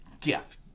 gift